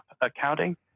accounting